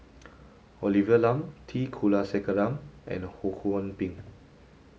Olivia Lum T Kulasekaram and Ho Kwon Ping